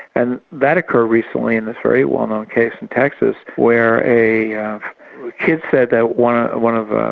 and that occurred recently in this very well known case in texas, where a kid said that one ah one of.